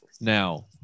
Now